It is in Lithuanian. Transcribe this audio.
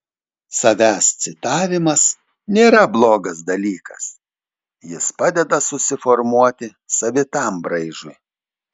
savęs citavimas nėra blogas dalykas jis padeda susiformuoti savitam braižui